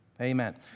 Amen